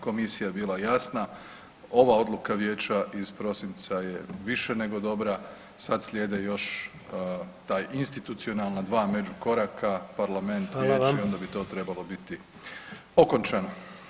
Komisija je bila jasna, ova odluka Vijeća iz prosinca je više nego dobra, sad slijede još taj institucionalna, dva međukoraka, Parlament, Vijeće i onda bi [[Upadica: Hvala vam.]] to trebalo biti okončano.